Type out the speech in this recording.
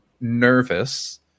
nervous